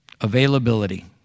Availability